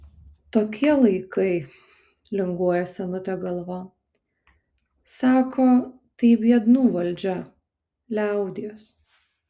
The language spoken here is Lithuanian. tokie laikai linguoja senutė galva sako tai biednų valdžia liaudies